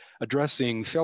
addressing